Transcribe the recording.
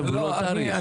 וולונטרי,